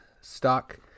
stock